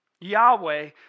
Yahweh